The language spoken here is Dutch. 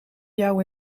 jou